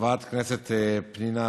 חברת הכנסת פנינה